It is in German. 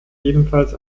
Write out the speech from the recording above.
ebenfalls